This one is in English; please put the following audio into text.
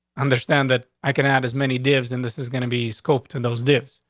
understand that i can have as many dibs and this is gonna be scoped in those dips.